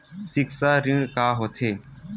सिक्छा ऋण का होथे?